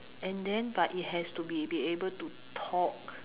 and then but it has to be be able to talk